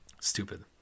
Stupid